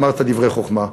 אמרת דברי חוכמה.